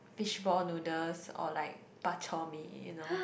fishball noodles or like Bak-Chor-Mee you know